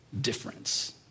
difference